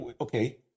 okay